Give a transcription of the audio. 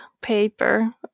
paper